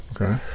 Okay